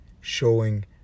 showing